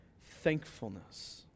thankfulness